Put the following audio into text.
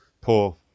Poor